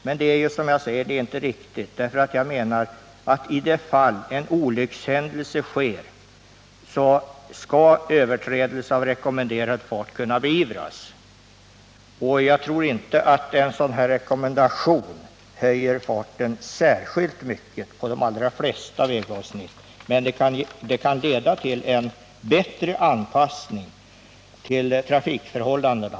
Men det är inte riktigt, eftersom jag menar att i de fall en olyckshändelse sker skall överträdelse av rekommenderad fart kunna beivras. Jag tror inte heller att en sådan här rekommendation höjer farten särskilt mycket, och det gäller för de allra flesta vägavsnitt, men rekommenderade hastigheter kan leda till en bättre anpassning till trafikförhållandena.